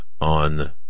on